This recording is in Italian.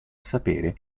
sapere